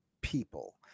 people